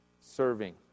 Serving